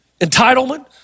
entitlement